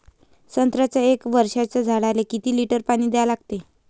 संत्र्याच्या एक वर्षाच्या झाडाले किती लिटर पाणी द्या लागते?